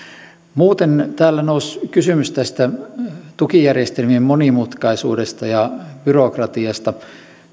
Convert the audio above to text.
muuten täällä nousi kysymys tästä tukijärjestelmien monimutkaisuudesta ja byrokratiasta